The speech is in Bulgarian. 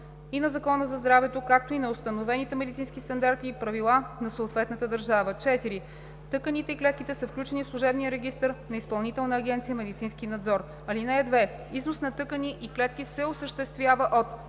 и на Закона за здравето, както и на установените медицински стандарти и правила на съответната държава; 4. тъканите и клетките са включени в служебния регистър на Изпълнителна агенция „Медицински надзор“. (2) Износ на тъкани и клетки се осъществява от: